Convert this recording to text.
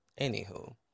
Anywho